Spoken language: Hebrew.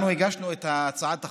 אנחנו הגשנו את הצעת החוק,